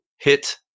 hit